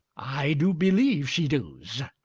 i do believe she do's.